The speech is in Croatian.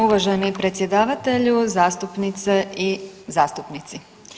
Uvaženi predsjedavatelju, zastupnice i zastupnici.